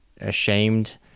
ashamed